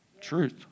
Truth